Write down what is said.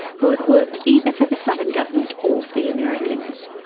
who had worked either for the southern government or for the americans.